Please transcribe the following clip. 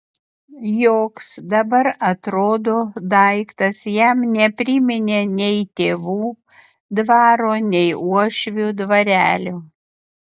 joks dabar atrodo daiktas jam nepriminė nei tėvų dvaro nei uošvių dvarelio